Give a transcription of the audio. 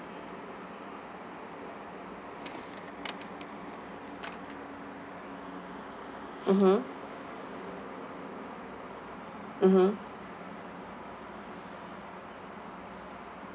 mmhmm mmhmm